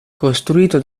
costruito